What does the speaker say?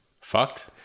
fucked